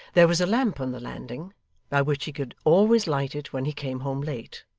there was a lamp on the landing by which he could always light it when he came home late,